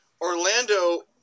Orlando